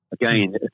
Again